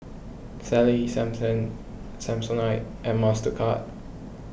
Sally Sansen Samsonite and Mastercard